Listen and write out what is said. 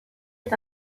est